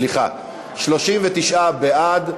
סליחה: 39 בעד,